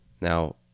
Now